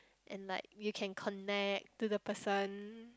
and like you can connect to the person